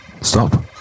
Stop